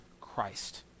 Christ